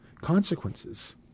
consequences